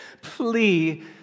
plea